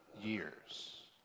years